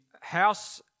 house